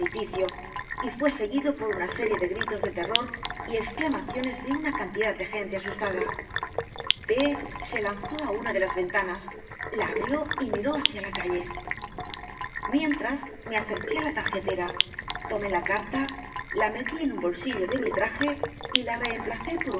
y fué seguido por una serie de gritos de terror y exclamaciones de una cantidad de gente asustada d se lanzó á una de las ventanas la abrió y miró hacia la calle mientras me acerqué á la tarjetera tomé la carta la metí en un bolsillo de mi traje y la reemplacé por